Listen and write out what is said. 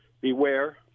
Beware